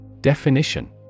Definition